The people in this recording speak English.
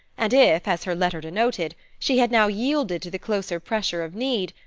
and if, as her letter denoted, she had now yielded to the closer pressure of need,